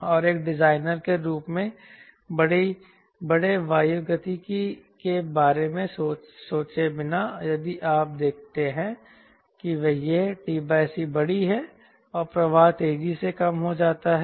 और एक डिजाइनर के रूप में बड़े वायुगतिकी के बारे में सोचे बिना यदि आप देखते हैं कि क्या यह t c बड़ी है और प्रवाह तेजी से कम हो जाता है